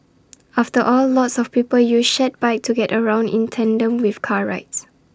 after all lots of people use shared bikes to get around in tandem with car rides